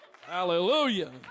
Hallelujah